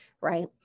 right